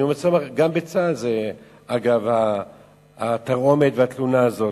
אגב, גם בצה"ל התרעומת והתלונה הזאת,